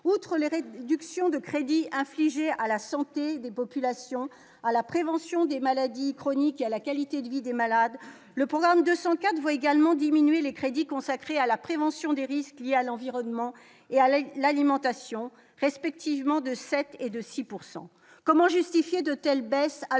outre les réductions de crédits à la santé des populations à la prévention des maladies chroniques et à la qualité de vie des malades, le programme de 104 voix également diminuer les crédits consacrés à la prévention des risques liés à l'environnement et à la l'alimentation respective ment de 7 et de 6 pourcent comment justifier de telles baisses